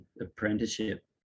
apprenticeship